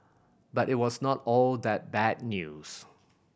but it was not all that bad news